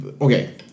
okay